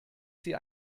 sie